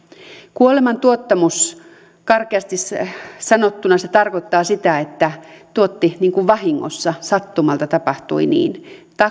kuolemantuottamus karkeasti sanottuna tarkoittaa sitä että tuotti niin kuin vahingossa sattumalta tapahtui niin